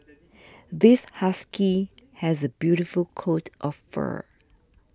this husky has a beautiful coat of fur